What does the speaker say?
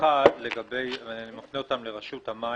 אחת לגבי רשות המים,